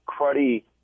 cruddy